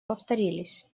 повторились